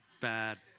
bad